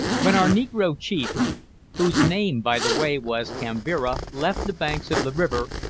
when our negro chief whose name, by the way, was kambira left the banks of the river,